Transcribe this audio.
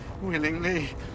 willingly